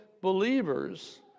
believers